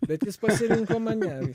bet jis pasirinko mane